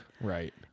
Right